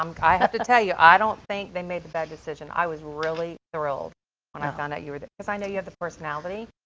i'm, i have to tell you, i don't think they made a bad decision, i was really thrilled when i found out you were the because i know have the personality.